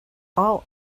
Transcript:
all